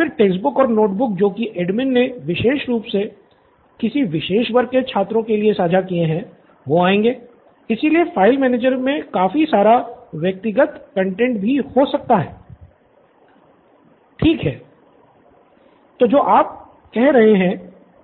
student Nithin ठीक है तो जो आप कह रहे हैं